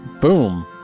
Boom